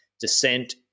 descent